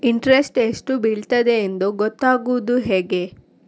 Interest ಎಷ್ಟು ಬೀಳ್ತದೆಯೆಂದು ಗೊತ್ತಾಗೂದು ಹೇಗೆ?